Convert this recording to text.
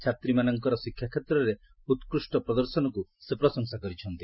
ଛାତ୍ରୀମାନଙ୍କର ଶିକ୍ଷାକ୍ଷେତ୍ରରେ ଉତ୍କୁଷ୍ଟ ପ୍ରଦର୍ଶନକୁ ସେ ପ୍ରଶଂସା କରିଛନ୍ତି